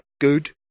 Good